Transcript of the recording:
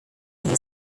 views